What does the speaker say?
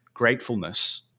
gratefulness